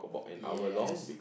yes